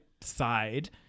side